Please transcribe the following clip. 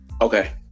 Okay